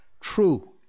true